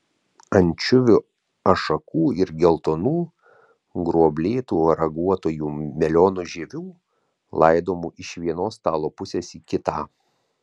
ančiuvių ašakų ir geltonų gruoblėtų raguotųjų melionų žievių laidomų iš vienos stalo pusės į kitą